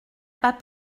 pas